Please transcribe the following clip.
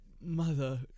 Mother